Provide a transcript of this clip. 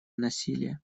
насилия